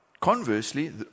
Conversely